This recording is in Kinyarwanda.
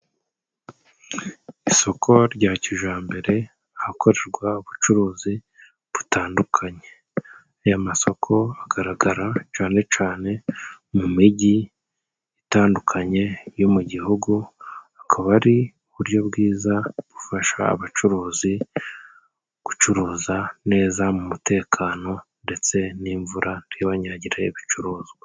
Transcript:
Isoko rya kijambere ahakorerwa ubucuruzi butandukanye. Aya masoko agaragara cane cane mu mijyi itandukanye yo mu gihugu, bukaba ari uburyo bwiza bufasha abacuruzi gucuruza neza mu mutekano ndetse n'imvura ntibanyagirire ibicuruzwa.